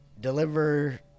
deliver